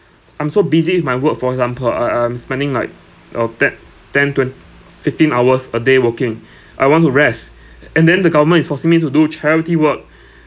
I'm so busy with my work for example I~ I'm spending like uh ten ten twen~ fifteen hours a day working I want to rest and then the government is forcing me to do charity work